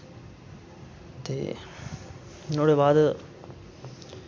ते नुआढ़े बाद